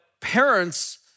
parents